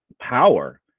power